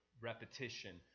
repetition